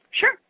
Sure